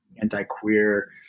anti-queer